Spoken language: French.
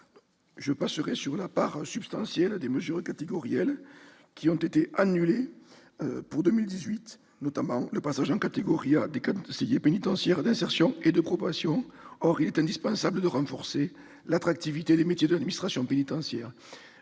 Je passerai sur la part substantielle des mesures catégorielles annulées pour 2018, notamment le passage en catégorie A des conseillers pénitentiaires d'insertion et de probation. Il est pourtant indispensable de renforcer l'attractivité des métiers de l'administration pénitentiaire.